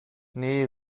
nee